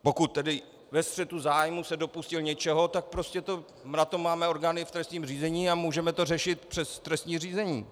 Pokud tedy ve střetu zájmů se dopustil něčeho, tak prostě na to máme orgány v trestním řízení a můžeme to řešit přes trestní řízení.